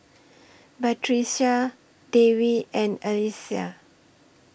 Batrisya Dewi and Alyssa